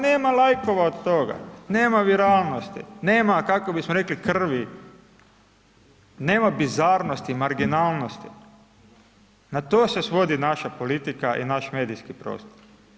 Nema laikova od toga, nema … nema, kako bismo rekli krvi, nema bizarnosti, marginalnosti, na to se svodi naša politika i naš medijski prostor.